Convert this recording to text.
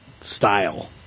style